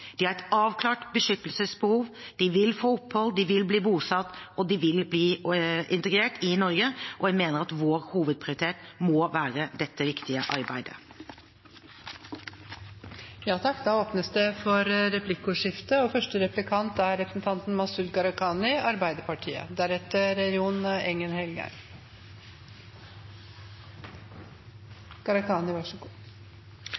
De har et avklart beskyttelsesbehov, de vil få opphold, de vil bli bosatt, og de vil bli integrert i Norge. Jeg mener vår hovedprioritet må være dette viktige